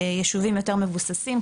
ישובים יותר מבוססים,